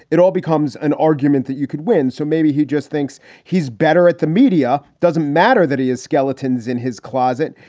it all becomes an argument that you could win. so maybe he just thinks he's better at the media. doesn't matter that he has skeletons in his closet.